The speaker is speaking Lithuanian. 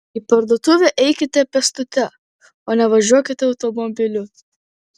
į parduotuvę eikite pėstute o ne važiuokite automobiliu